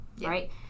right